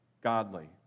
godly